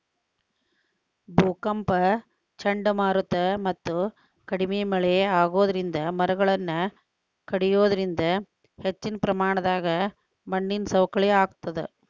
ಭೂಕಂಪ ಚಂಡಮಾರುತ ಮತ್ತ ಕಡಿಮಿ ಮಳೆ ಆಗೋದರಿಂದ ಮರಗಳನ್ನ ಕಡಿಯೋದರಿಂದ ಹೆಚ್ಚಿನ ಪ್ರಮಾಣದಾಗ ಮಣ್ಣಿನ ಸವಕಳಿ ಆಗ್ತದ